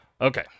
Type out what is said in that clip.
okay